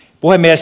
puhemies